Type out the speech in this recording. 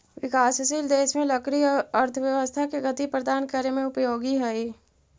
विकासशील देश में लकड़ी अर्थव्यवस्था के गति प्रदान करे में उपयोगी हइ